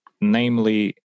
namely